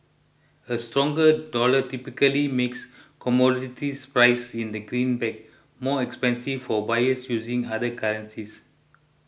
a stronger dollar typically makes commodities priced in the greenback more expensive for buyers using other currencies